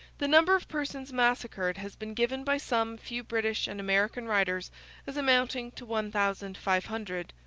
the number of persons massacred has been given by some few british and american writers as amounting to one thousand five hundred.